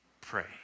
pray